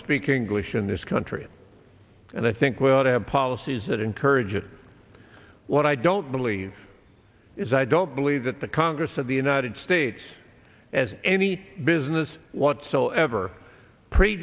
speak english in this country and i think we ought to have policies that encourage it what i don't believe is i don't believe that the congress of the united states as any business whatsoever pre